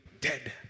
dead